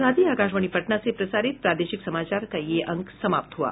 इसके साथ ही आकाशवाणी पटना से प्रसारित प्रादेशिक समाचार का ये अंक समाप्त हुआ